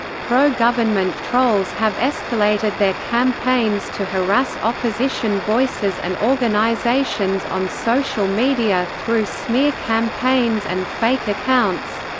pro-government trolls have escalated their campaigns to harass opposition voices and organizations on social media through smear campaigns and fake accounts